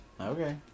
Okay